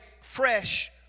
fresh